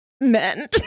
men